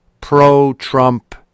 pro-trump